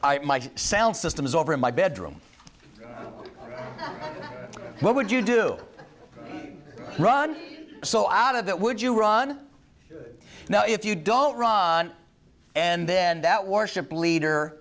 the sound system is over in my bedroom what would you do run so out of that would you run now if you don't ron and then that worship leader